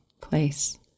place